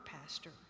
pastor